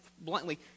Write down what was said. bluntly